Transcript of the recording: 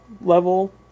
level